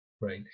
right